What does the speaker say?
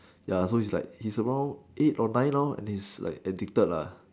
ya so he's like he's around eight or nine now and he's like addicted lah